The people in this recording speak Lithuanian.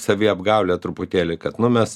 saviapgaulė truputėlį kad nu mes